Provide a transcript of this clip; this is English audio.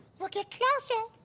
well, get closer.